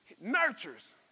nurtures